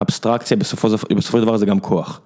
אבסטרקציה בסופו של דבר זה גם כוח.